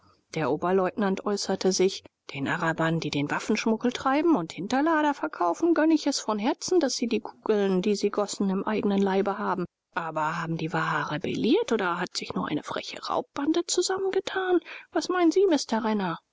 der oberleutnant äußerte sich den arabern die den waffenschmuggel treiben und hinterlader verkaufen gönne ich es von herzen daß sie die kugeln die sie gossen im eignen leibe haben aber haben die waha rebelliert oder hat sich nur eine freche raubbande zusammengetan was meinen sie mister renner